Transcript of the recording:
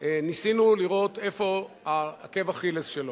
ניסינו לראות איפה עקב אכילס של החוק.